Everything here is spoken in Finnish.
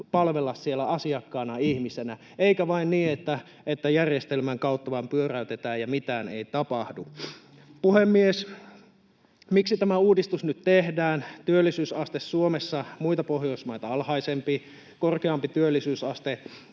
palvella siellä asiakkaana ja ihmisenä eikä niin, että järjestelmän kautta vain pyöräytetään ja mitään ei tapahdu. Puhemies! Miksi tämä uudistus nyt tehdään? Työllisyysaste Suomessa on muita Pohjoismaita alhaisempi. Korkeampi työllisyysaste